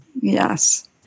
Yes